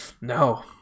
No